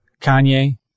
Kanye